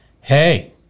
hey